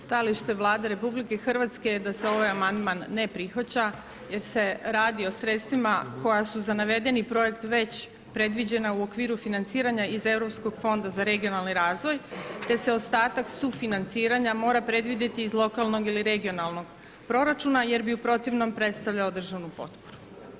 Stajalište Vlade RH je da se ovaj amandman ne prihvaća jer se radi o sredstvima koja su za navedeni projekt već predviđena u okviru financiranja iz Europskog fonda za regionalni razvoj, te se ostatak sufinanciranja mora predvidjeti iz lokalnog ili regionalnog proračuna jer bi u protivnom predstavljao državnu potporu.